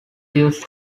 used